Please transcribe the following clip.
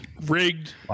Rigged